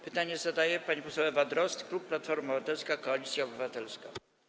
Pytanie zadaje pani poseł Ewa Drozd, klub Platforma Obywatelska - Koalicja Obywatelska.